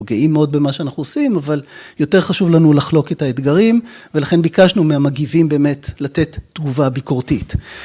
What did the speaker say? אנחנו גאים מאוד במה שאנחנו עושים, אבל יותר חשוב לנו לחלוק את האתגרים ולכן ביקשנו מהמגיבים באמת לתת תגובה ביקורתית.